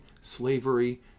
slavery